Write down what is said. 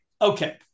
Okay